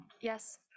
Yes